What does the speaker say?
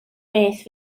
beth